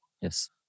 Yes